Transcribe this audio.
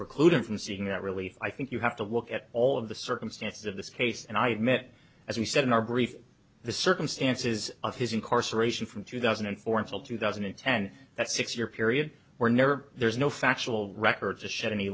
preclude him from seeing that really i think you have to look at all of the circumstances of this case and i admit as we said in our brief the circumstances of his incarceration from two thousand and four until two thousand and ten that six year period were never there's no factual record to shed any